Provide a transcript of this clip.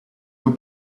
will